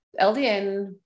LDN